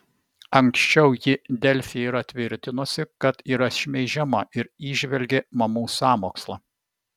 anksčiau ji delfi yra tvirtinusi kad yra šmeižiama ir įžvelgė mamų sąmokslą